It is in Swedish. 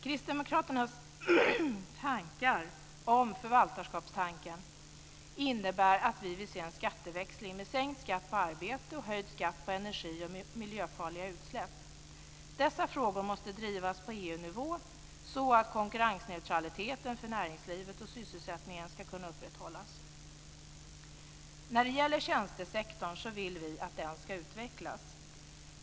Kristdemokraternas tankar om förvaltarskapstanken innebär att vi vill se en skatteväxling med sänkt skatt på arbete och höjd skatt på energi och miljöfarliga utsläpp. Dessa frågor måste drivas på EU-nivå så att konkurrensneutraliteten för näringslivet och sysselsättningen ska kunna upprätthållas. Vi vill att tjänstesektorn ska utvecklas.